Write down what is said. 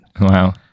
Wow